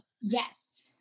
Yes